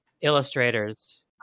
illustrators